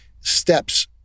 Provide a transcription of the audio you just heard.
steps